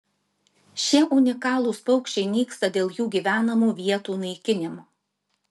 šie unikalūs paukščiai nyksta dėl jų gyvenamų vietų naikinimo